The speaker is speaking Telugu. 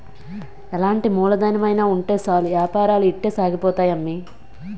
ఎలాంటి మూలధనమైన ఉంటే సాలు ఏపారాలు ఇట్టే సాగిపోతాయి అమ్మి